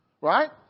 Right